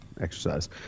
exercise